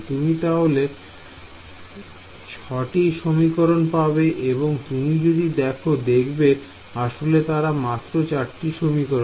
তুমি তাহলে ছটি সমীকরণ পাবে এবং তুমি যদি দেখো দেখবে আসলে তারা মাত্র 4 টি সমীকরণ